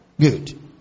Good